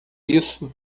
isso